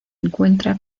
encuentra